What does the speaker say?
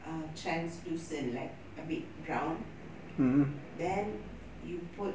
err translucent like a bit brown then you put